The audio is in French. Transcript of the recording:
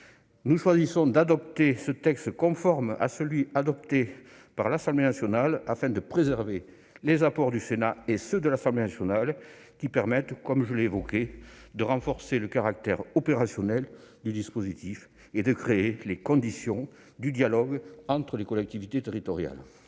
nous choisissons d'adopter ce texte conforme à celui adopté par l'Assemblée nationale afin de préserver les apports des deux chambres qui permettent, comme je l'ai évoqué, de renforcer le caractère opérationnel du dispositif et de créer les conditions du dialogue entre les collectivités territoriales.